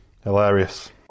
Hilarious